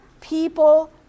people